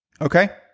Okay